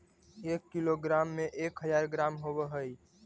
एक किलोग्राम में एक हज़ार ग्राम होव हई